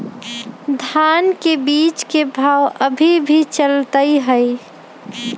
धान के बीज के भाव अभी की चलतई हई?